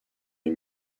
les